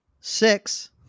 six